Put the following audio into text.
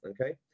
Okay